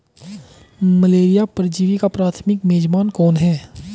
Malaria परजीवी का प्राथमिक मेजबान कौन है?